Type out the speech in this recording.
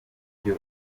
ibyo